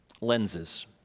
lenses